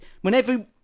Whenever